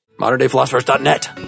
ModernDayPhilosophers.net